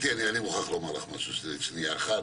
גברתי, אני מוכרח לומר לך משהו שניה אחת.